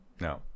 no